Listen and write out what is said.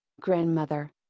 grandmother